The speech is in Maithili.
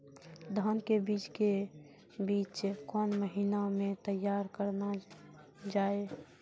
धान के बीज के बीच कौन महीना मैं तैयार करना जाए?